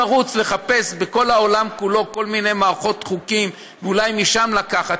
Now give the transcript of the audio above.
במקום לרוץ ולחפש בכל העולם כולו כל מיני מערכות חוקים ואולי משם לקחת,